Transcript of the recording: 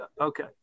Okay